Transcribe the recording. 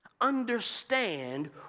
understand